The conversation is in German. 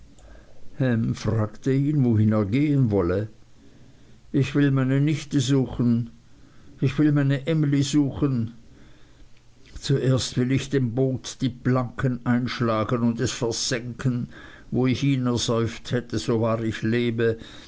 fragte ihn wohin er gehen wollte ich will meine nichte suchen ich will meine emly suchen zuerst will ich dem boot die planken einschlagen und es versenken wo ich ihn ersäuft hätte so wahr ich lebe